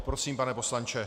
Prosím, pane poslanče.